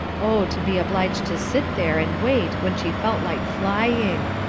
oh, to be obliged to sit there and wait when she felt like flying!